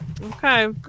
Okay